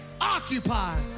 occupy